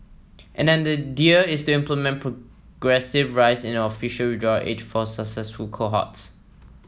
and an idea is to implement progressive rise in official withdrawal age for successive cohorts